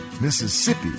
Mississippi